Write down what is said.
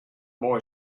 boy